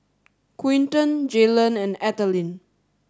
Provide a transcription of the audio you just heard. Quinton Jalon and Ethelene